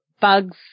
bugs